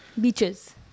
Beaches